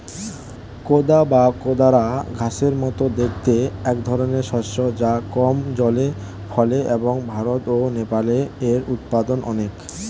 কোদা বা কোদরা ঘাসের মতো দেখতে একধরনের শস্য যা কম জলে ফলে এবং ভারত ও নেপালে এর উৎপাদন অনেক